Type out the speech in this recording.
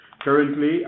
Currently